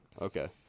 Okay